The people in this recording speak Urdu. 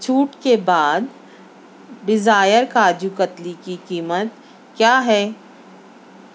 چھوٹ کے بعد ڈیزائر کاجوکتلی کی قیمت کیا ہے